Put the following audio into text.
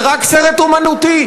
זה רק סרט אמנותי.